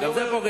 גם זה פוגע?